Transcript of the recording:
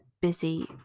busy